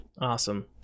awesome